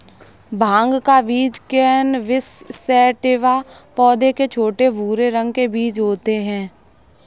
भाँग का बीज कैनबिस सैटिवा पौधे के छोटे, भूरे रंग के बीज होते है